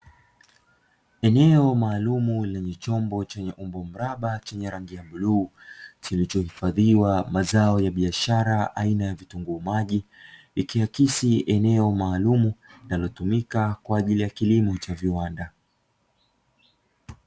Eneo maalumu lenye chombo chenye umbo mraba chenye rangi ya bluu, kilichohifadhiwa mazao ya biashara aina ya kitunguu maji yakiakisi eneo maalumu linalotumika kwaajili ya kilimo cha viwanda.